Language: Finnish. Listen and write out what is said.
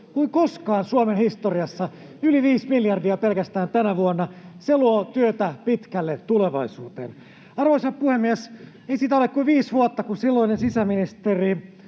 kuin koskaan Suomen historiassa, yli 5 miljardia pelkästään tänä vuonna. Se luo työtä pitkälle tulevaisuuteen. Arvoisa puhemies! Ei siitä ole kuin viisi vuotta, kun silloinen sisäministeri,